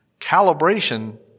calibration